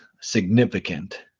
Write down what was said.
significant